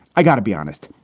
i got to be honest,